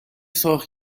سرخ